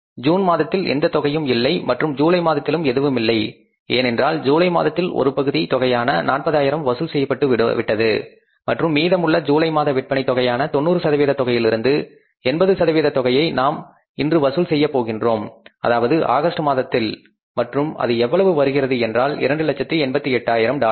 June மாதத்தில் எந்த தொகையும் இல்லை மற்றும் ஜூலை மாதத்திலும் எதுவுமில்லை ஏனென்றால் ஜூலை மாதத்தில் ஒரு பகுதி தொகையான 40000 வசூல் செய்யப்பட்டு விட்டது மற்றும் மீதமுள்ள ஜூலை மாத விற்பனை தொகையான 90 சதவீத தொகையிலிருந்து 80 சதவீத தொகையை நாம் இன்று வசூல் செய்ய போகின்றோம் அதாவது ஆகஸ்ட் மாதத்தில் மற்றும் அது எவ்வளவு வருகின்றது என்றால் 288000 டாலர்கள்